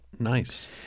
Nice